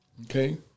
Okay